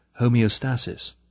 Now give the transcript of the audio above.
homeostasis